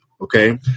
Okay